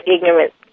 ignorant